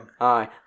Aye